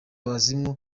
abazimu